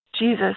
Jesus